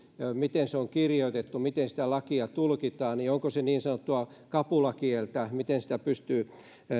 miten laki on kirjoitettu miten sitä lakia tulkitaan onko se niin sanottua kapulakieltä miten pystyy